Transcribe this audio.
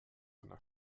einer